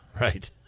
right